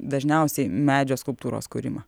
dažniausiai medžio skulptūros kūrimą